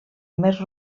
més